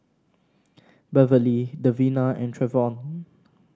Beverlee Davina and Travon